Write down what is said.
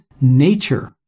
nature